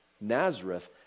Nazareth